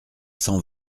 cent